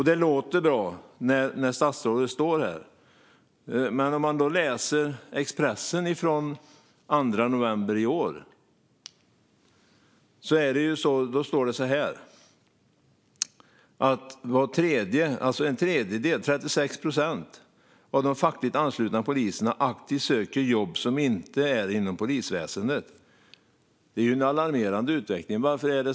Det låter bra när statsrådet står här och talar, men i Expressen från den 2 november i år kan man läsa att var tredje - 36 procent, alltså drygt en tredjedel - av de fackligt anslutna poliserna aktivt söker jobb som inte är inom polisväsendet. Det här är ju en alarmerande utveckling.